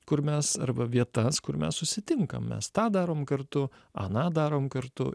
kur mes arba vietas kur mes susitinkam mes tą darom kartu aną darom kartu